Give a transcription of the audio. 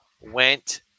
went